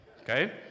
Okay